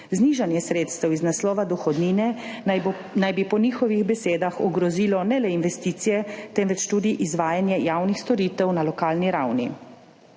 Znižanje sredstev iz naslova dohodnine naj naj bi po njihovih besedah ogrozilo ne le investicije, temveč tudi izvajanje javnih storitev na lokalni ravni.